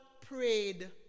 prayed